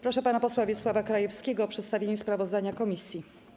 Proszę pana posła Wiesława Krajewskiego o przedstawienie sprawozdania komisji.